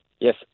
Yes